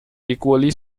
equally